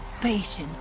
patience